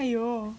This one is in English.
!aiyo!